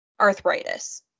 arthritis